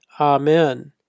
Amen